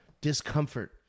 discomfort